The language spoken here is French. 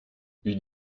une